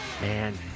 Man